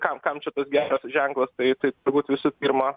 kam kam čia tas geras ženklas tai tai turbūt visų pirma